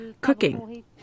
cooking